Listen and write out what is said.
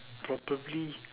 probably